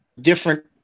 different